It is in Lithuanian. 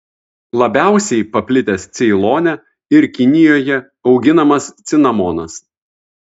labiausiai paplitęs ceilone ir kinijoje auginamas cinamonas